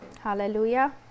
Hallelujah